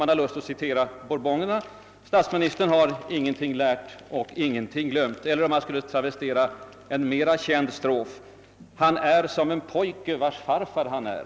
Man har lust att återge citatet om bourbonerna, som ingenting lärt och ingenting glömt, eller om man skulle travestera en mera känd strof: »Han är som den pojke vars farfar han är.»